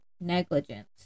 negligence